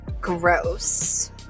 Gross